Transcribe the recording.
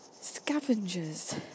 Scavengers